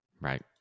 Right